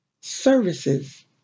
services